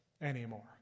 anymore